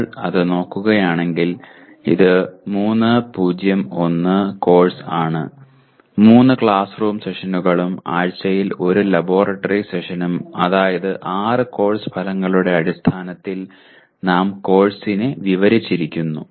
നിങ്ങൾ ഇത് നോക്കുകയാണെങ്കിൽ അത് 3 0 1 കോഴ്സ് ആണ് 3 ക്ലാസ്റൂം സെഷനുകളും ആഴ്ചയിൽ 1 ലബോറട്ടറി സെഷനും അതായത് 6 കോഴ്സ് ഫലങ്ങളുടെ അടിസ്ഥാനത്തിൽ നാം കോഴ്സിനെ വിവരിച്ചിരിക്കുന്നു